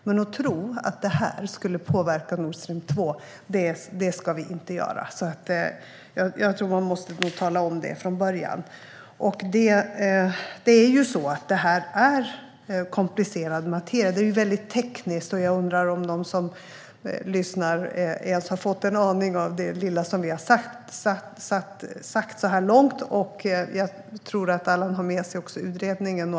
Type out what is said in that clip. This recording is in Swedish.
Men vi ska inte tro att detta skulle påverka Nord Stream 2. Man måste nog klargöra det från början. Det här är komplicerad materia. Det är väldigt tekniskt, och jag undrar om de som lyssnar har förstått det lilla som vi har sagt så här långt, och jag tror att Allan har med sig utredningen.